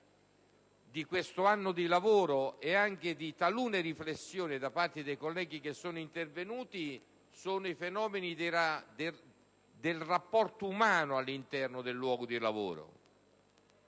di questo anno di lavoro e anche di talune riflessioni da parte dei colleghi intervenuti, riguardano il rapporto umano all'interno del luogo di lavoro.